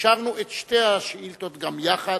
אישרנו את שתי השאילתות גם יחד.